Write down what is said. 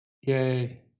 Yay